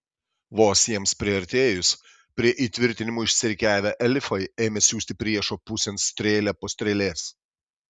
vos jiems priartėjus prie įtvirtinimų išsirikiavę elfai ėmė siųsti priešo pusėn strėlę po strėlės